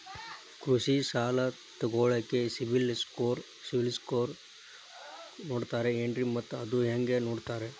ಕೃಷಿ ಸಾಲ ತಗೋಳಿಕ್ಕೆ ಸಿಬಿಲ್ ಸ್ಕೋರ್ ನೋಡ್ತಾರೆ ಏನ್ರಿ ಮತ್ತ ಅದು ಹೆಂಗೆ ನೋಡ್ತಾರೇ?